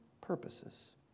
purposes